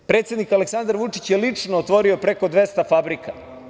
Predsednik Aleksandar Vučić je lično otvorio preko 200 fabrika.